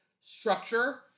Structure